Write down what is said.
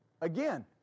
Again